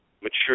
mature